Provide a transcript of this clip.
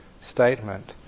statement